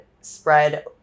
spread